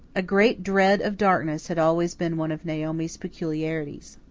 a great dread of darkness had always been one of naomi's peculiarities.